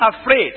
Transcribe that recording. afraid